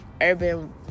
urban